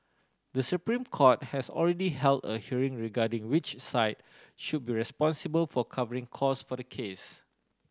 The Supreme Court has already held a hearing regarding which side should be responsible for covering costs for the case